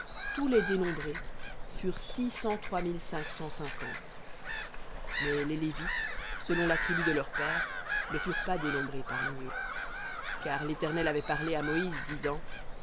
tous les dénombrés furent six cent trois mille cinq cent cinquante mais les lévites selon la tribu de leurs pères ne furent pas dénombrés parmi eux car l'éternel avait parlé à moïse